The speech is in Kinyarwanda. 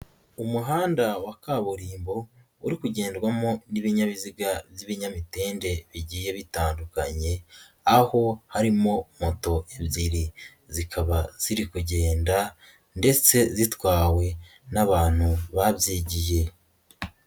Umuhanda wa kaburimbo uri kugendwamo n'ibinyabiziga by'ibinyamitende bigiye bitandukanye, aho harimo moto ebyiri zikaba ziri kugenda ndetse zitwawe n'abantu babyigiye.